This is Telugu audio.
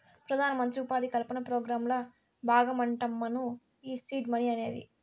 పెదానమంత్రి ఉపాధి కల్పన పోగ్రాంల బాగమంటమ్మను ఈ సీడ్ మనీ అనేది